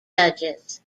judges